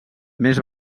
més